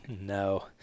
No